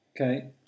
Okay